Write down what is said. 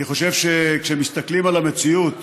אני חושב שכאשר מסתכלים על המציאות